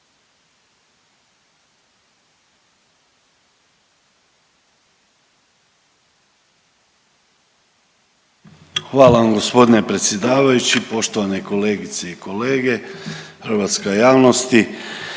Hvala vam gospodine predsjedavajući. Poštovane kolegice i kolege, hrvatska javnosti,